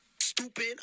Stupid